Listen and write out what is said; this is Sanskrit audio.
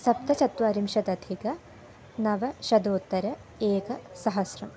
सप्तचत्वारिंशदधिक नवशतोत्तर एकसहस्रम्